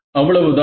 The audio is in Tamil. அவ்வளவுதான்